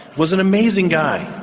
was an amazing guy.